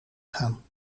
gaan